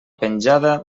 penjada